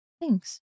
Thanks